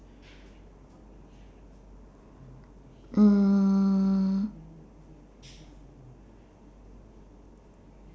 mm